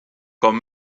com